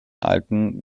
alten